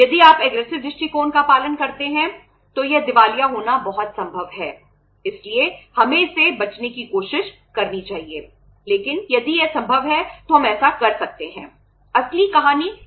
यदि आप एग्रेसिव के साथ है